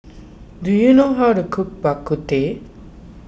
do you know how to cook Bak Kut Teh